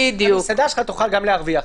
המסעדה שלך תוכל גם להרוויח.